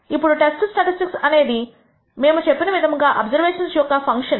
ఇప్పుడు test statistic అనేది ఇది మేము చెప్పిన విధముగా అబ్జర్వేషన్స్ యొక్క ఒక ఫంక్షన్